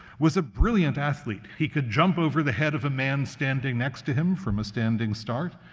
was a brilliant athlete. he could jump over the head of a man standing next to him from a standing start.